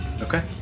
Okay